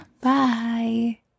Bye